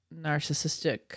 narcissistic